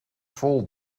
vol